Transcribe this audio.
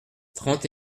trente